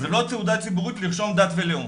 זו לא תעודה ציבורית לרשום דת ולאום.